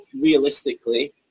realistically